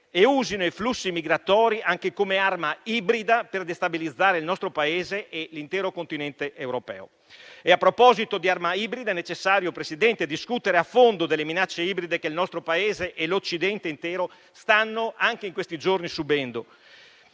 e usino i flussi migratori anche come arma ibrida, per destabilizzare il nostro Paese e l'intero Continente europeo. A proposito di arma ibrida, è necessario, Presidente, discutere a fondo delle minacce ibride che il nostro Paese e l'Occidente intero stanno anche in questi giorni subendo.